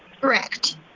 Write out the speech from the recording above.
Correct